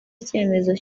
icyemezo